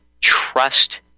trust